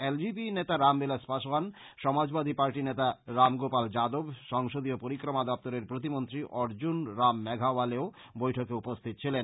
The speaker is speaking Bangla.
এল জে পি নেতা রাম বিলাশ পাশোয়ান সমাজবাদী পার্টী নেতা রাম গোপাল যাদব সংসদীয় পরিক্রমা দপ্তরের প্রতিমন্ত্রী অর্জন রাম মেঘাওয়ালেও বৈঠকে উপস্থিত ছিলেন